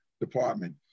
department